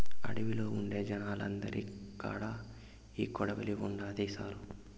అడవిలో ఉండే జనాలందరి కాడా ఈ కొడవలి ఉండాది సారూ